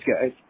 guys